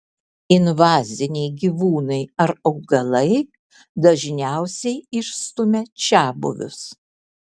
invaziniai gyvūnai ar augalai dažniausiai išstumia čiabuvius